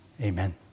Amen